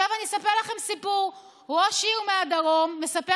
עכשיו אני אספר לכם סיפור: ראש עיר מהדרום מספר